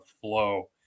flow